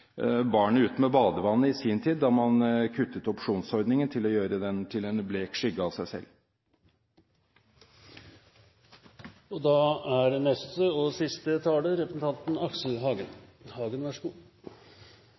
barnet ut med badevannet i sin tid, da man kuttet opsjonsordningen til å gjøre den til en blek skygge av seg selv. Jeg mener sjølsagt fortsatt at dette er en både viktig, interessant og